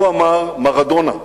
הוא אמר: מראדונה,